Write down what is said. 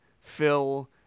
phil